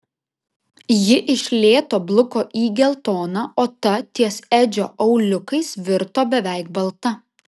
ji iš lėto bluko į geltoną o ta ties edžio auliukais virto beveik balta